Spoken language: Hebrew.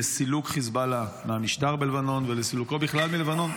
לסילוק חיזבאללה מהמשטר בלבנון ולסילוקו בכלל מלבנון,